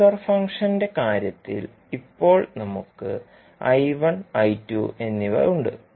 transfer ഫംഗ്ഷന്റെ കാര്യത്തിൽ ഇപ്പോൾ നമുക്ക് I1 I2 എന്നിവയുണ്ട്